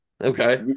Okay